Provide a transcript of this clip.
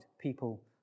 people